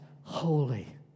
holy